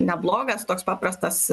neblogas toks paprastas